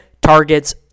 targets